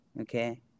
Okay